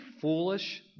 foolish